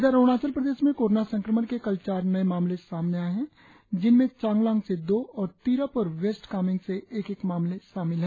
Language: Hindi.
इधर अरुणाचल प्रदेश में कोरोना संक्रमण के कल चार नए मामले सामने आएं है जिनमें चांगलांग से दो और तिरप और वेस्ट कामेंग से एक एक मामले हैं